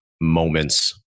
moments